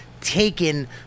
Taken